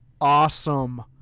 awesome